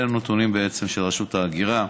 אלה נתונים, בעצם, של רשות ההגירה.